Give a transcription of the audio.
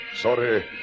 Sorry